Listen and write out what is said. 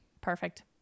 perfect